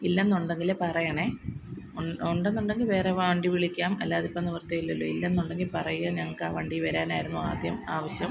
ഇല്ലെ എന്നുണ്ടെങ്കിൽ പറയണേ ഉണ്ടെന്നുണ്ടെങ്കിൽ വേറെ വണ്ടി വിളിക്കാം അല്ലാതെ ഇപ്പം നിവര്ത്തി ഇല്ലല്ലോ ഇല്ല എന്നുണ്ടെങ്കില് പറയുകയും ഞങ്ങൾക്ക് ആ വണ്ടിയിൽ വരനായിരുന്നു ആദ്യം ആവിശ്യം